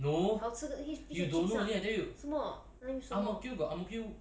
好吃的 h~ 什么哪有什么